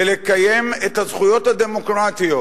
ולקיים את הזכויות הדמוקרטיות,